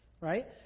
right